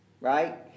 right